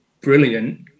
brilliant